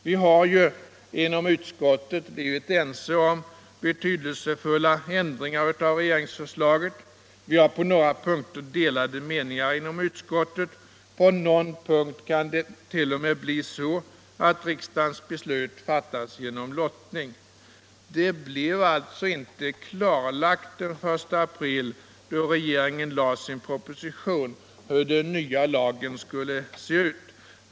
Vi har inom utskottet blivit ense om betydelsefulla ändringar av regeringsförslaget. Vi har på några punkter delade meningar inom utskottet. Och på någon punkt kan det t.o.m. bli så att riksdagens beslut fattas genom lottning. Det blev alltså inte klarlagt den 1 april, då regeringen lade fram sin proposition, hur den nya lagen skulle se ut.